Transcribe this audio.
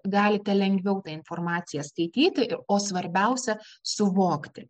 galite lengviau tą informaciją skaityti o svarbiausia suvokti